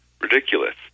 ridiculous